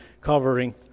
covering